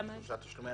לגבי שלושה תשלומים,